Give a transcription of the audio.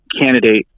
candidate